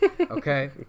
Okay